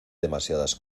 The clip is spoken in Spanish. demasiadas